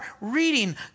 reading